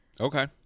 okay